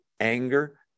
anger